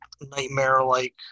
nightmare-like